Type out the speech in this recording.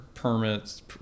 Permits